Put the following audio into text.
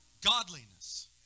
godliness